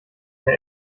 der